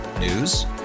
News